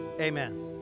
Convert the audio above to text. Amen